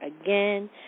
again